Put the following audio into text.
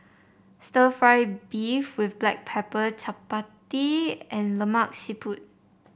stir fry beef with Black Pepper Chappati and Lemak Siput